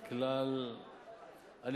את כלל הנתונים,